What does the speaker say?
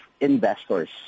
investors